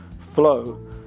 flow